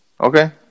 okay